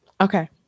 Okay